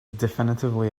definitively